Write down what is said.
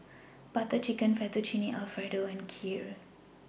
Butter Chicken Fettuccine Alfredo and Kheer